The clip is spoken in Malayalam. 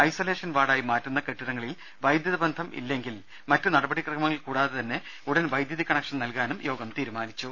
ഐസൊലേഷൻ വാർഡായി മാറ്റുന്ന കെട്ടിടങ്ങളിൽ വൈദ്യുത ബന്ധം ഇല്ലായെങ്കിൽ മറ്റു നടപടിക്രമങ്ങൾ കൂടാതെ തന്നെ ഉടൻ വൈദ്യുതി കണക്ഷൻ നൽകാനും യോഗം തീരുമാനിച്ചു